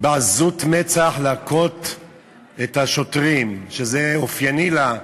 בעזות מצח להכות את השוטרים, שזה אופייני לה,